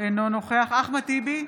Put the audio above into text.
אינו נוכח אחמד טיבי,